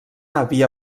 havia